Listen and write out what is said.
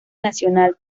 nacional